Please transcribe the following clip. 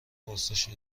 پرسشی